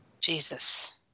Jesus